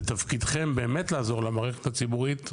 ותפקידכם באמת לעזור למערכת הציבורית,